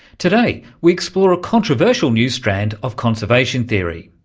today we explore a controversial new strand of conservation theory.